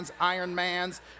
Ironmans